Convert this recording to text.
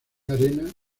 arena